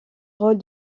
rôles